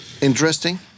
interesting